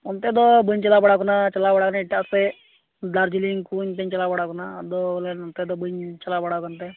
ᱚᱱᱛᱮ ᱫᱚ ᱵᱟᱹᱧ ᱪᱟᱞᱟᱣ ᱵᱟᱲᱟ ᱟᱠᱟᱱᱟ ᱪᱟᱞᱟᱣ ᱵᱟᱲᱟ ᱟᱠᱟᱱᱟᱹᱧ ᱮᱴᱟᱜ ᱥᱮᱫ ᱫᱟᱨᱡᱤᱞᱤᱝ ᱠᱚ ᱚᱱᱛᱮᱧ ᱪᱟᱞᱟᱣ ᱵᱟᱲᱟ ᱟᱠᱟᱱᱟ ᱟᱫᱚ ᱵᱚᱞᱮ ᱱᱚᱛᱮ ᱫᱚ ᱵᱟᱹᱧ ᱪᱟᱞᱟᱣ ᱵᱟᱲᱟ ᱟᱠᱟᱱ ᱛᱮ